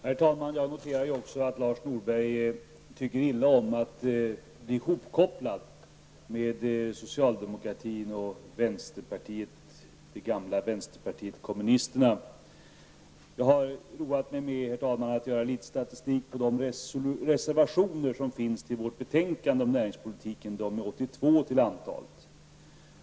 Herr talman! Jag noterar också att Lars Norberg tycker illa om att bli hopkopplad med socialdemokratin och vänsterpartiet, det gamla vänsterpartiet kommunisterna. Herr talman! Jag har roat mig med att göra litet statistik på de reservationer som finns till vårt betänkande om näringspolitiken. De är 82 till antalet.